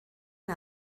and